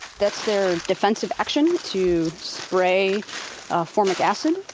that's their defensive action, to spray formic acid.